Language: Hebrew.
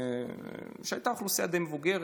הייתה אוכלוסייה די מבוגרת,